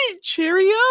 cheerio